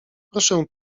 proszę